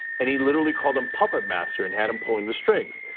and he literally called him puppet master and had him pulling the strings,